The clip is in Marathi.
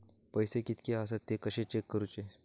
पैसे कीतके आसत ते कशे चेक करूचे?